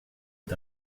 est